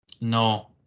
no